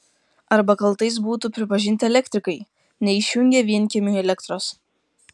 arba kaltais būtų pripažinti elektrikai neišjungę vienkiemiui elektros